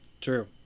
True